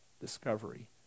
discovery